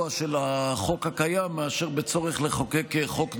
של החוק הקיים מאשר בצורך לחוקק חוק נוסף.